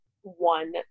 one